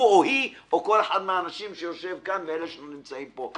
לו או לה או לכל אחד מן האנשים שיושב כאן ואלה שלא נמצאים כאן.